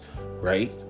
right